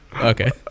Okay